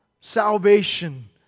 salvation